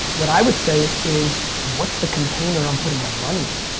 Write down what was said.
what i would say is what's the container i'm putting my money in?